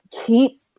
keep